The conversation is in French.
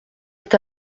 est